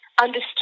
understood